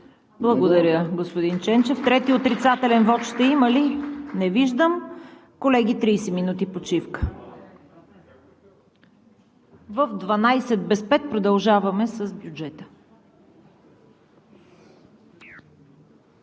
Благодаря, господин Ченчев. Трети отрицателен вот ще има ли? Не виждам. Колеги, 30 минути почивка. В 11,55 ч. продължаваме с бюджета.